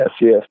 yes